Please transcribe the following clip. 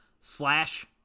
slash